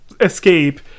escape